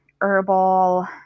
herbal